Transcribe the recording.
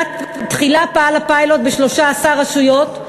תחילה פעל הפיילוט ב-13 רשויות,